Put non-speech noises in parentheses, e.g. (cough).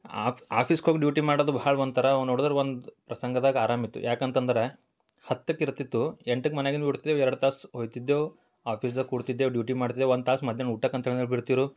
(unintelligible) ಆಫೀಸ್ಗೋಗಿ duty ಮಾಡೋದು ಬಹ್ಳ ಒಂಥರ ನೋಡಿದ್ರೆ ಒಂದು ಪ್ರಸಂಗದಾಗೆ ಅರಾಮಿತ್ತು ಯಾಕಂತಂದ್ರೆ ಹತ್ತಕ್ಕೆ ಇರ್ತಿತ್ತು ಎಂಟಕ್ಕೆ ಮನೆಯಿಂದ ಬಿಡ್ತಿದ್ದೆವು ಎರಡು ತಾಸು ಹೊಗ್ತಿದ್ದೆವು ಆಫೀಸ್ದಾಗೆ ಕೂರ್ತಿದ್ದೆವ್ ಡ್ಯೂಟಿ ಮಾಡ್ತಿದ್ದೆವು ಒಂದು ತಾಸು ಮಧ್ಯಾಹ್ನ ಊಟಕ್ಕೆ ಅಂತ ಹೇಳಿ ಅಂದ್ರೆ ಬಿಡ್ತಿದ್ರು